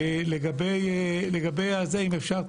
אם אפשר,